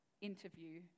interview